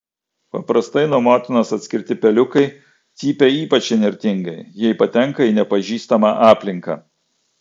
paprastai nuo motinos atskirti peliukai cypia ypač įnirtingai jei patenka į nepažįstamą aplinką